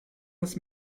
this